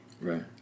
Right